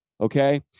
okay